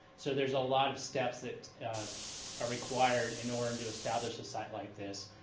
so there's a lot of steps that are required in order um to establish a site like this.